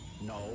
No